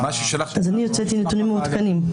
אני הוצאתי נתונים מעודכנים.